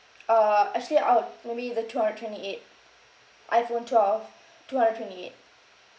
uh actually I would maybe the two hundred twenty eight iphone twelve two hundred twenty eight